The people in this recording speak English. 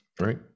right